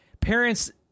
parents